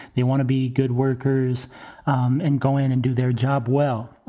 they want to be good workers um and go in and do their job well.